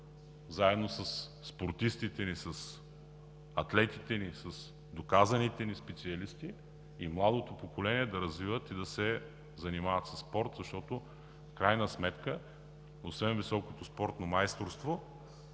заедно със спортистите ни, с атлетите ни, с доказаните ни специалисти и младото поколение да развиват и да се занимават със спорт, защото в крайна сметка, освен високото спортно майсторство,